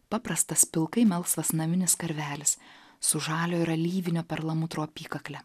paprastas pilkai melsvas naminis karvelis su žalio ir alyvinio perlamutro apykakle